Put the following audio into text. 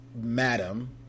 madam